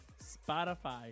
Spotify